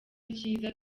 icyiza